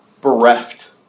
bereft